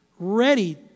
ready